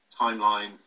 timeline